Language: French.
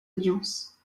audience